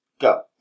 go